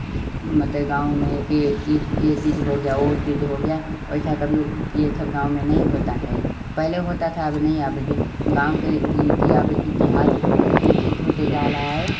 मत गाँव में एक यह यह चीज़ हो गया वह चीज़ हो गया वैसा कभी यह सब गाँव में नहीं होता है पहले होता था अब नहीं अब डी गाँव के लिटी आब इतिहास विकसित होते जा रहा है